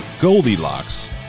goldilocks